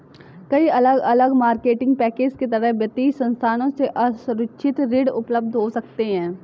कई अलग अलग मार्केटिंग पैकेज के तहत वित्तीय संस्थानों से असुरक्षित ऋण उपलब्ध हो सकते हैं